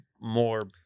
more